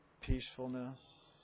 peacefulness